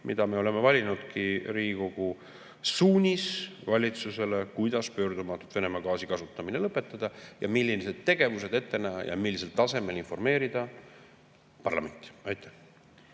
mille me olemegi valinud: Riigikogu suunis valitsusele, kuidas pöördumatult Venemaa gaasi kasutamine lõpetada, millised tegevused ette näha ja millisel tasemel informeerida parlamenti. Mihhail